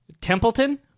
Templeton